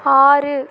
ஆறு